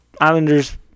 Islanders